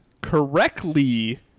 correctly